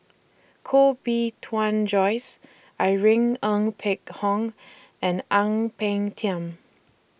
Koh Bee Tuan Joyce Irene Ng Phek Hoong and Ang Peng Tiam